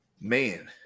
man